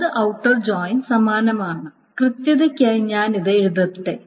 വലത് outer join സമാനമാണ് കൃത്യതയ്ക്കായി ഞാൻ ഇത് എഴുതട്ടെ